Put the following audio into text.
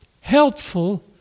helpful